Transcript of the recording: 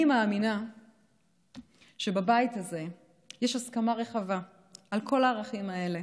אני מאמינה שבבית הזה יש הסכמה רחבה על כל הערכים האלה